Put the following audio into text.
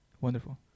Wonderful